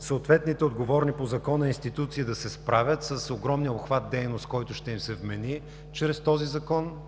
съответните отговорни по Закона институции да се справят с огромния обхват дейност, който ще им се вмени чрез този Закон,